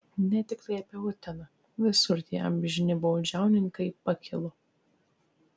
ne tiktai apie uteną visur tie amžini baudžiauninkai pakilo